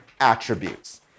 attributes